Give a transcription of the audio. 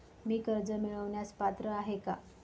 मी कर्ज मिळवण्यास पात्र आहे का?